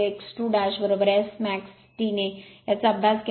तर r2x 2 SS max Tने याचा अभ्यास केला